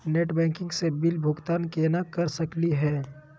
Net banking स bill भुगतान केना कर सकली हे?